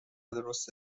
درست